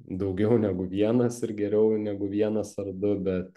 daugiau negu vienas ir geriau negu vienas ar du bet